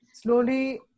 slowly